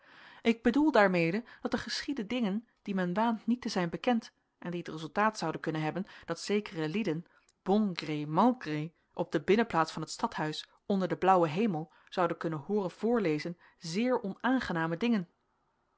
ik bedoel daarmede dat er geschieden dingen die men waant niet te zijn bekend en die het resultaat zouden kunnen hebben dat zekere lieden bon gré mal gré op de binnenplaats van het stadhuis onder den blauwen hemel zouden kunnen hooren voorlezen zeer onaangename dingen